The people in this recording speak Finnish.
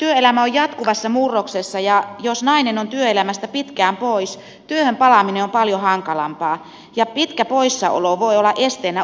työelämä on jatkuvassa murroksessa ja jos nainen on työelämästä pitkään pois työhön palaaminen on paljon hankalampaa ja pitkä poissaolo voi olla esteenä urakehitykselle